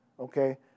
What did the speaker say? okay